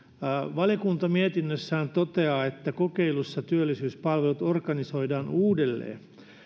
valiokunta mietinnössään toteaa että kokeilussa työllisyyspalvelut organisoidaan uudelleen